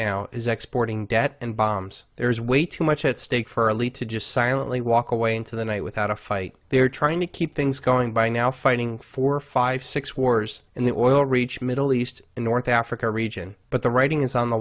now is exporting debt and bombs there is way too much at stake for lead to just silently walk away into the night without a fight they're trying to keep things going by now fighting for five six wars and the oil reach middle east and north africa region but the writing is on the